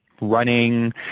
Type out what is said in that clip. running